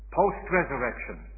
post-resurrection